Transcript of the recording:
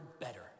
better